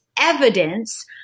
evidence